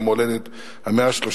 יום ההולדת ה-132.